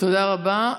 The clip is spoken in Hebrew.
תודה רבה.